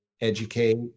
educate